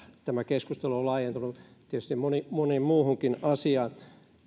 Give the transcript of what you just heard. tämä keskustelu on laajentunut tietysti moneen muuhunkin asiaan